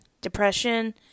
depression